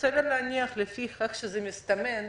וסביר להניח לפי איך שזה מסתמן,